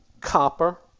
copper